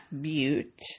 Butte